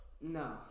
No